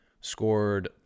scored